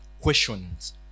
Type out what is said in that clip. questions